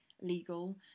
legal